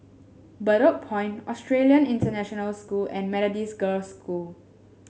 Bedok Point Australian International School and Methodist Girls' School